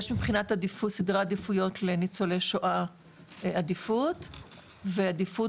יש מבחינת סדרי עדיפויות לניצולי שואה עדיפות ועדיפות